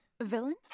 Villain